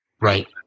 Right